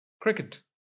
Cricket